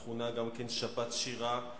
מכונה גם כן "שבת שירה",